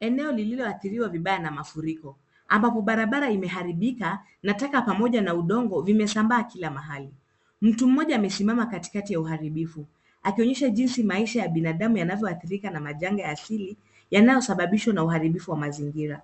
Eneo lililoathiriwa vibaya na mafuriko ambapo barabara imeharibika na taka pamoja na udongo vimesambaa kila mahali. Mtu mmoja amesimama katikati ya uharibifu akionyesha jinsi maisha ya binadamu yanavyoathirika na majanga ya asili yanayosababishwa na uharibifu wa mazingira.